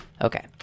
Okay